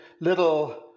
little